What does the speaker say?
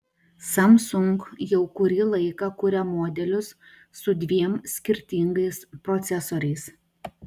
samsung jau kurį laiką kuria modelius su dviem skirtingais procesoriais